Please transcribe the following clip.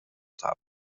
top